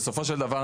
בסופו של דבר,